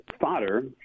fodder